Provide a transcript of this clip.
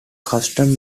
custom